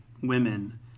women